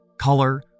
color